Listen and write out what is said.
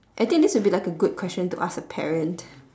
I think this would be like a good question to ask a parent